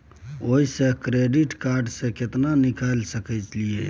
ओयसे credit card से केतना निकाल सकलियै?